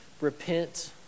Repent